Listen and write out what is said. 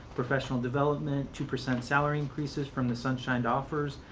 professional development, two percent salary increases from the sunshined offers,